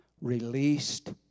released